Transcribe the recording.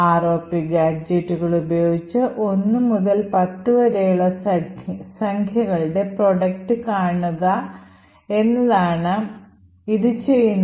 ROP ഗാഡ്ജെറ്റുകൾ ഉപയോഗിച്ച് 1 മുതൽ 10 വരെയുള്ള സംഖ്യകളുടെ product കാണുക അ എന്നതാണ് ആണ് ഇത് ചെയ്യുന്നത്